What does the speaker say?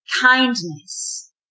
kindness